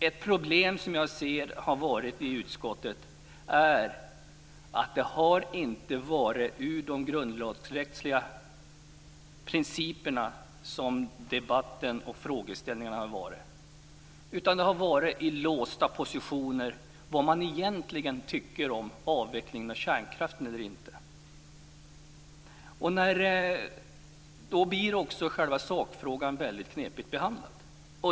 Ett problem i utskottet har varit att debatten och frågeställningarna inte har utgått från de grundlagsrättsliga principerna, utan debatten har förts ur låsta positioner kring vad man egentligen tycker om avvecklingen av kärnkraften. Då blir också själva sakfrågan väldigt knepig att behandla.